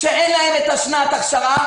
שאין להם את שנת האכשרה.